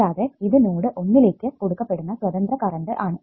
കൂടാതെ ഇത് നോഡ് ഒന്നിലേക്ക് കൊടുക്കപ്പെടുന്ന സ്വതന്ത്ര കറണ്ട് ആണ്